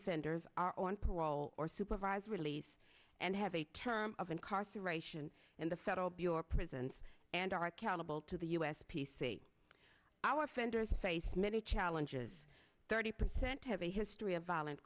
offenders are on parole or supervised release and have a term of incarceration in the federal bureau of prisons and are accountable to the u s p c our offenders face many challenges thirty percent have a history of violent